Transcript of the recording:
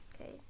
Okay